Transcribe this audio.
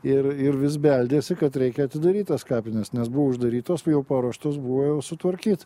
ir ir vis beldėsi kad reikia atidaryt tas kapines nes buvo uždarytos jau paruoštos buvo jau sutvarkyt